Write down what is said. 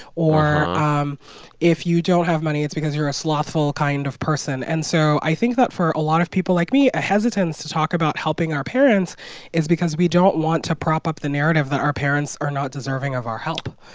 or um if you don't have money, it's because you're a slothful kind of person. and so i think that for a lot of people like me, a hesitance to talk about helping our parents is because we don't want to prop up the narrative that our parents are not deserving of our help.